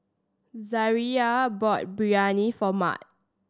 Zariah bought Biryani for Mat